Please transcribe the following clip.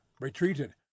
retreated